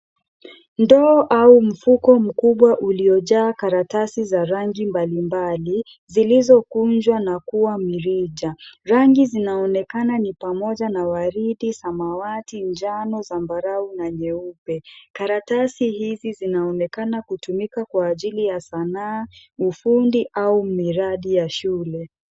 Ndoo au mfuko mkubwa uliojaa karatasi za rangi mbalimbali, zilizokunjwa na kuwa mirija. Rangi zinaonekana ni pamoja na waridi, samawati, njano, zambarau na nyeupe. Karatasi hizi zinaonekana kutumika kwa ajili ya sanaa, ufundi au miradi ya shule.